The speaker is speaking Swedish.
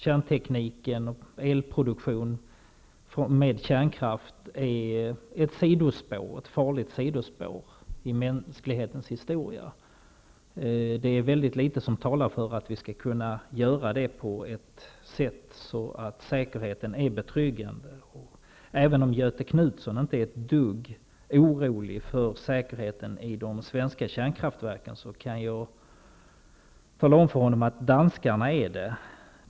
Kärnteknik och elproduktion med kärnkraft är ett farligt sidospår i mänsklighetens historia. Väldigt litet talar för att vi skall kunna göra det på ett sätt som innebär att säkerheten är betryggande. Även om Göthe Knutson inte är ett dugg orolig för säkerheten i de svenska kärnkraftsverken, kan jag tala om att danskarna är det.